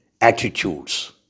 attitudes